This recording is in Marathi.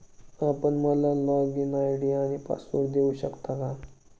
आपण मला लॉगइन आय.डी आणि पासवर्ड देऊ शकता का?